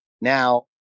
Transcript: now